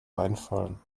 einfallen